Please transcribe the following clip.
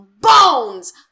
Bones